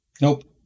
Nope